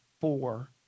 four